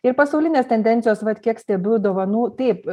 ir pasaulinės tendencijos vat kiek stebiu dovanų taip